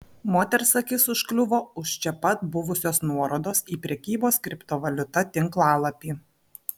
moters akis užkliuvo už čia pat buvusios nuorodos į prekybos kriptovaliuta tinklalapį